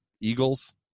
Eagles